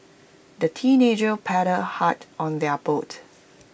the teenagers paddled hard on their boat